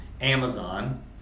Amazon